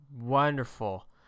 wonderful